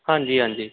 ਹਾਂਜੀ ਹਾਂਜੀ